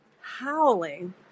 howling